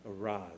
arise